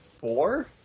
Four